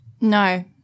No